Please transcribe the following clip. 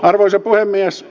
arvoisa puhemies